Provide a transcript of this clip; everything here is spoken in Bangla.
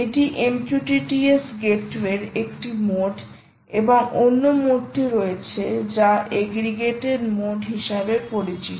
এটি MQTT S গেটওয়ের একটি মোড এবং অন্য মোডটি রয়েছে যা এগ্রিগেটেড মোড হিসাবে পরিচিত